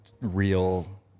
real